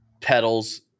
pedals